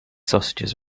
sausages